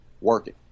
working